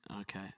Okay